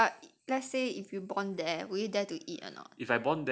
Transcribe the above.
if you are let's say if you born there would you dare to eat or not